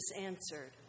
answered